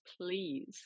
please